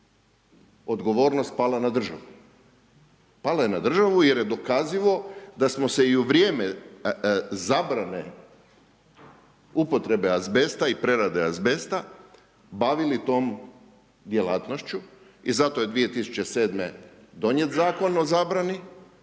odgovornost pala na državu. Pala je na državu jer je dokazivo da smo se i u vrijeme zabrane upotrebe azbesta i prerade azbesta bavili tom djelatnošću i zato je 2007. donijet Zakon o zabrani